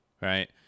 right